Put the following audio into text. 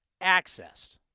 accessed